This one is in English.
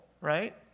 right